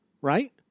right